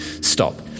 Stop